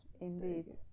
indeed